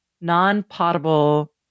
non-potable